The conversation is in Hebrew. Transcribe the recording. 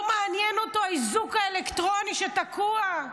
לא מעניין אותו האיזוק האלקטרוני שתקוע.